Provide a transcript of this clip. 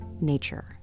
nature